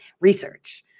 research